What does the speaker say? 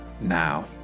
now